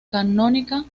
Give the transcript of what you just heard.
canónica